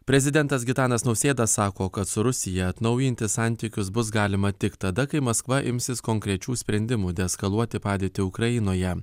prezidentas gitanas nausėda sako kad su rusija atnaujinti santykius bus galima tik tada kai maskva imsis konkrečių sprendimų deeskaluoti padėtį ukrainoje